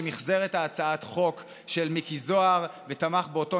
שמִחזר את הצעת החוק של מיקי זוהר ותמך באותו